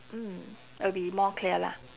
mm it'll be more clear lah